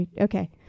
Okay